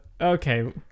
okay